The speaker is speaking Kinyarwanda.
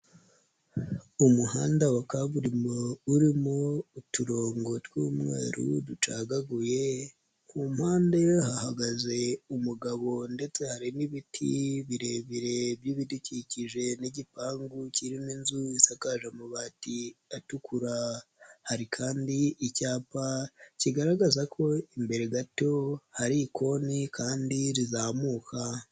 Umuhanda wa kaburimbo urimo uturongo tw'umweru ducagaguye, ku mpande hahagaze umugabo ndetse hari n'ibiti birebire by'ibidukikije n'igipangu kirimo inzu isakaje amabati atukura, hari kandi icyapa kigaragaza ko imbere gato hari ikoni kandi rizamuka.